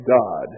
God